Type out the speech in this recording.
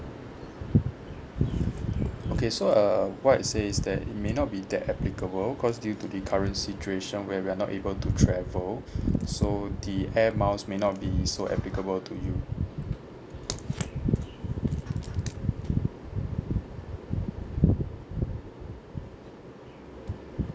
okay so err what I say is that it may not be that applicable because due to the current situation where we are not able to travel the so the Air Miles may not be so applicable to you